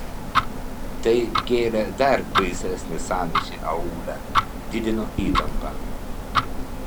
tai kėlė dar baisesnį sąmyšį aūle didino įtampą